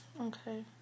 Okay